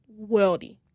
worldy